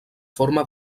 forma